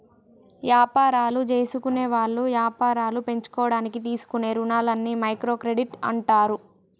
యాపారాలు జేసుకునేవాళ్ళు యాపారాలు పెంచుకోడానికి తీసుకునే రుణాలని మైక్రో క్రెడిట్ అంటారు